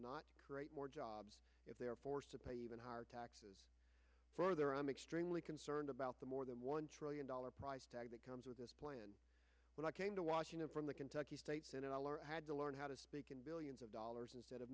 not create more jobs if they are forced to pay even higher taxes for their i'm extremely concerned about the more than one trillion dollar price tag that comes with this plan but i came to washington from the kentucky state senate i had to learn how to speak in billions of dollars instead of